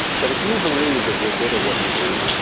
but if you believe that you're good at what you do,